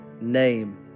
name